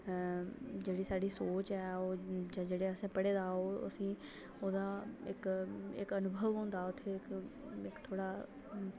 जेह्ड़ी साढ़ी सोच ऐ ओह् जां जेह्ड़ा असें पढ़े दा ऐ ओह् ओह् उसी ओह्दा इक इक अनुभव होंदा उत्थै इक थोह्ड़ा